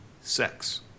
sex